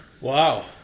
Wow